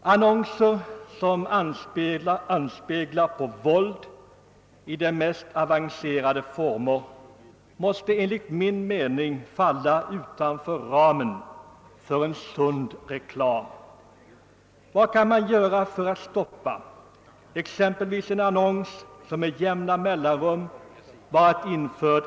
Annonser som anspelar på våld i de mest avancerade former måste enligt min mening falla utanför ramen för en sund reklam. Man har anledning att kraftigt reagera mot förekommande våldsannonsering. Låt mig få anföra ett exempel.